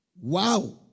Wow